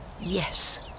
Yes